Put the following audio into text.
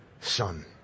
son